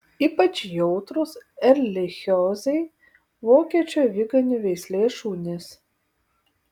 ypač jautrūs erlichiozei vokiečių aviganių veislės šunys